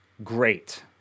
great